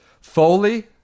Foley